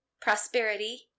prosperity